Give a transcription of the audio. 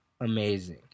amazing